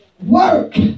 Work